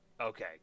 Okay